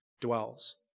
dwells